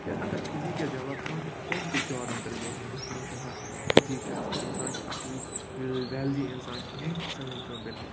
یا اگر فِزیٖک گژھِ ڈٮ۪ولَپ کانٛہہ تہِ کُن تہِ جاب اِنٹروِوَس منٛز گٔژھِو تِم وٕچھَن ہہ فِزیٖک چھِ اَصٕل اِنسان چھِ اَصٕل وٮ۪لدی اِنسان چھِ یہِ ہیٚکہِ سٲنۍ کٲم کٔرِتھ